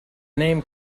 name